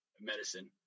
medicine